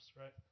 right